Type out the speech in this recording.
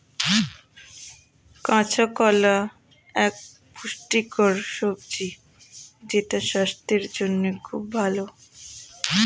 কাঁচা কলা এক পুষ্টিকর সবজি যেটা স্বাস্থ্যের জন্যে খুব ভালো